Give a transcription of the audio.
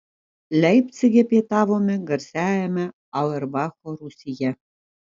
leipcige pietavome garsiajame auerbacho rūsyje